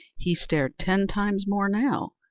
he stared ten times more now,